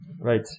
right